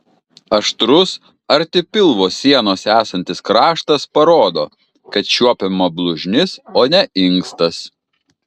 aštrus arti pilvo sienos esantis kraštas parodo kad čiuopiama blužnis o ne inkstas